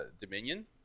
Dominion